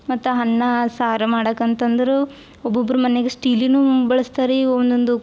ಮತ್ತು ಅನ್ನ ಸಾರು ಮಾಡಕ್ಕೆ ಅಂತಂದರೂ ಒಬ್ಬೊಬ್ರ ಮನೆಯಾಗ ಸ್ಟೀಲನೂ ಬಳ್ಸ್ತಾರೆ ರೀ ಒಂದೊಂದು